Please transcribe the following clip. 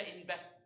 invest